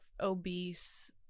obese